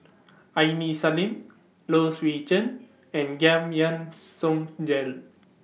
Aini Salim Low Swee Chen and Giam Yean Song Gerald